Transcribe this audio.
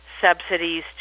subsidies